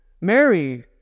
Mary